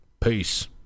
Peace